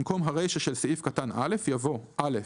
במקום הרישה של סעיף קטן (א) יבוא: "(א)